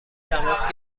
تماس